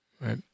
right